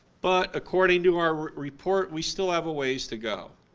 but according to our report we still have a ways to go.